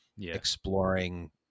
exploring –